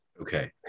okay